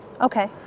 Okay